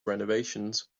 renovations